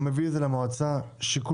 מביא את זה למועצה שכל-כולה